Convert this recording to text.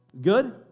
Good